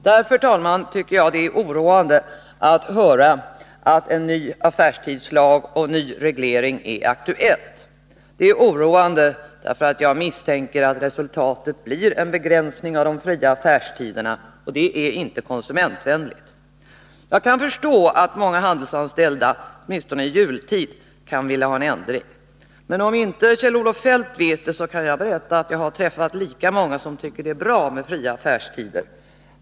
Det är därför, herr talman, oroande att höra att en ny affärstidslag och en ny reglering är aktuell. Det är oroande därför att jag misstänker att resultatet blir en begränsning av de fria affärstiderna, och det är inte konsumentvänligt. Jag förstår att många handelsanställda, åtminstone i jultid, kan vilja ha en ändring. Men jag kan för Kjell-Olof Feldt berätta att jag har träffat lika många som tycker att det är bra med fria affärstider.